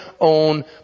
own